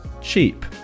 cheap